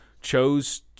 chose